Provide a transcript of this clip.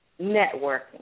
networking